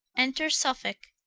enter suffolke.